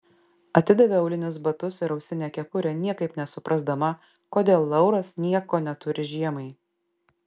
atidavė aulinius batus ir ausinę kepurę niekaip nesuprasdama kodėl lauras nieko neturi žiemai